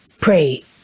Pray